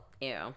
Ew